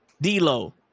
D-Lo